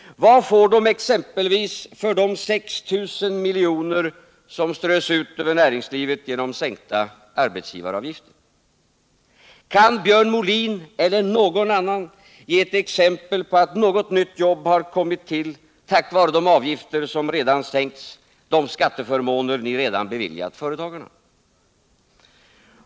Vad får de exempelvis för de 6 000 miljoner som strös ut över näringslivet genom sänkta arbetsgivaravgifter? Kan Björn Molin eller någon annan ge ett exempel på att något nytt jobb har kommit till tack vare de avgifter som redan sänkts, de skatteförmåner ni redan beviljat företagarna?